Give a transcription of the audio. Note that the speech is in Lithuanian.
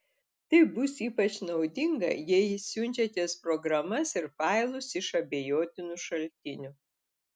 tai bus ypač naudinga jei siunčiatės programas ir failus iš abejotinų šaltinių